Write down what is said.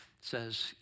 says